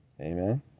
Amen